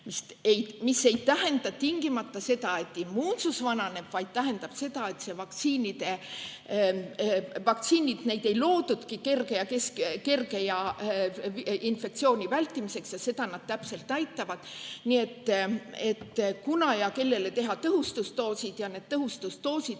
Mis ei tähenda tingimata seda, et immuunsus vananeb, vaid tähendab seda, et vaktsiinid on loodudki kerge infektsiooni vältimiseks, ja seda nad täpselt teevad. Nii et on [küsimus], kunas ja kellele teha tõhustusdoosid. Ka need tõhustusdoosid